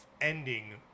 ending